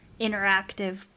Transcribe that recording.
interactive